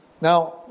Now